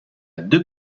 deux